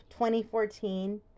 2014